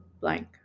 blank